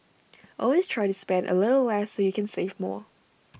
always try to spend A little less so you can save more